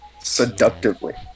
Seductively